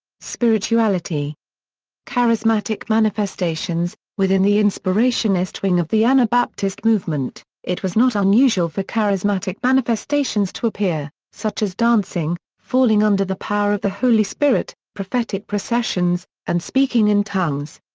spirituality charismatic manifestations within the inspirationist wing of the anabaptist movement, it was not unusual for charismatic manifestations to appear, such as dancing, falling under the power of the holy spirit, prophetic processions, and speaking in tongues.